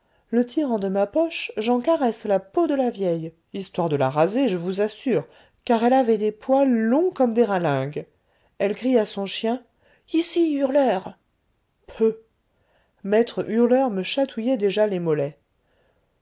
le tirant de ma poche j'en caresse la peau de la vieille histoire de la raser je vous assure car elle avait des poils long comme des ralingues elle crie à son chien ici hurleur peuh maître hurleur me chatouillait déjà les mollets